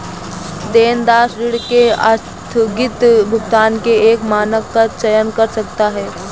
देनदार ऋण के आस्थगित भुगतान के एक मानक का चयन कर सकता है